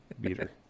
beater